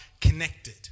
connected